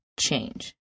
change